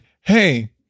hey